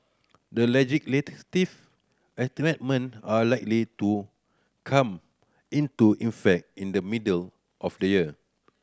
the are likely to come into effect in the middle of the year